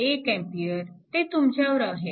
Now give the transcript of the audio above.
5 1A ते तुमच्यावर आहे